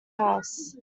house